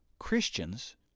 Christians